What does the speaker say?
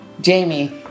Jamie